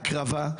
ההקרבה.